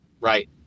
right